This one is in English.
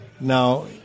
Now